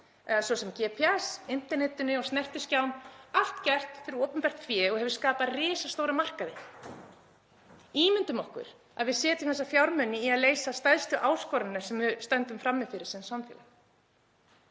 svo sem GPS, internetinu, snertiskjám, allt gert fyrir opinbert fé og hefur skapað risastóra markaði. Ímyndum okkur að við setjum þessa fjármuni í að leysa stærstu áskoranir sem við stöndum frammi fyrir sem samfélag.